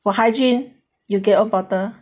for hygiene you get own bottle